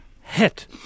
hit